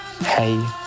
Hey